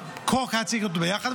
הכול היה צריך להיות ביחד,